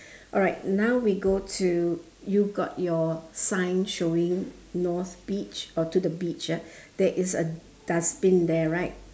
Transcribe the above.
alright now we go to you got your sign showing north beach or to the beach ah there is a dustbin there right